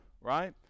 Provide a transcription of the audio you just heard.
right